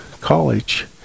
college